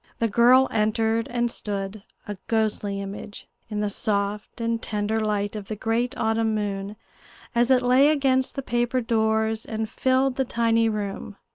the girl entered and stood, a ghostly image, in the soft and tender light of the great autumn moon as it lay against the paper doors and filled the tiny room.